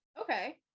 Okay